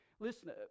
Listen